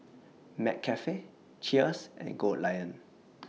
McCafe Cheers and Goldlion